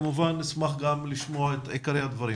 כמובן נשמח לשמוע את עיקרי הדברים.